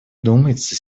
думается